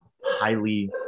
highly